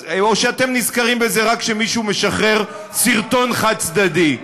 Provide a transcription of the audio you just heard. או שאתם נזכרים בזה רק כשמישהו משחרר סרטון חד-צדדי?